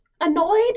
annoyed